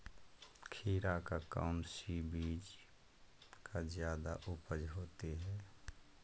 खीरा का कौन सी बीज का जयादा उपज होती है?